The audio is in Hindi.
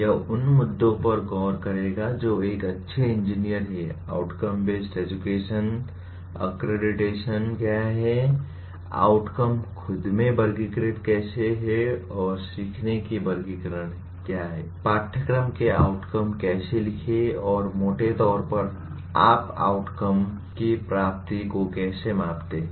यह उन मुद्दों पर गौर करेगा जो एक अच्छे इंजीनियर हैं आउटकम बेस्ड एजुकेशन अक्रेडिटेशन क्या है आउटकम खुदमें वर्गीकृत कैसे हैं और सीखने की वर्गीकरण हैं पाठ्यक्रम के आउटकम कैसे लिखें और मोटे तौर पर आप आउटकम की प्राप्ति को कैसे मापते हैं